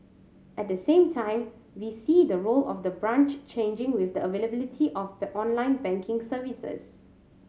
at the same time we see the role of the branch changing with the availability of the online banking services